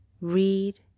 Read